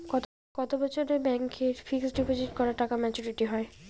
কত বছরে ব্যাংক এ ফিক্সড ডিপোজিট করা টাকা মেচুউরিটি হয়?